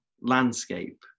landscape